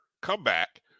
comeback